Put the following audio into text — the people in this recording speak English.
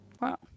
Wow